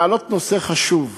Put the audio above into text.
להעלות נושא חשוב.